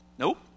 Nope